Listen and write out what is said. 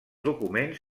documents